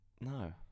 no